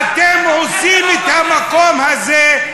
אין מקום, אתם הורסים את המקום הזה.